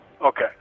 okay